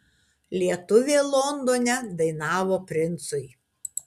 lietuvė londone dainavo princui